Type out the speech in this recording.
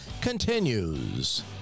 continues